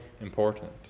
important